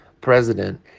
president